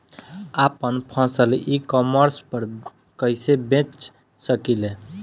आपन फसल e commerce पर कईसे बेच सकिले?